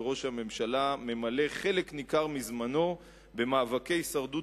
וראש הממשלה ממלא חלק ניכר מזמנו במאבקי הישרדות